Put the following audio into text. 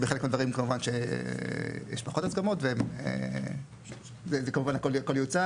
חלק מהדברים כמובן שיש פחות הסכמות וזה כמובן הכל יוצג,